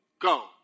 go